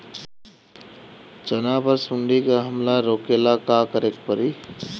चना पर सुंडी के हमला रोके ला का करे के परी?